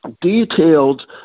detailed